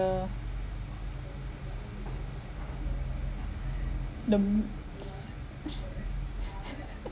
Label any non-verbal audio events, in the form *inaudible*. yeah the m~ *laughs*